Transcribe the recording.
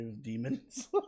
demons